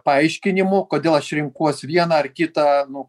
paaiškinimų kodėl aš renkuos vieną ar kitą nu